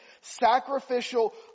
sacrificial